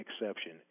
exception